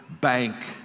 bank